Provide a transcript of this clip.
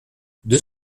deux